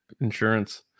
insurance